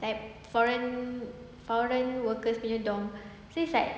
that foreign foreign workers punya dorm so it's like